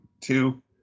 two